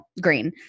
green